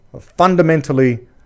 fundamentally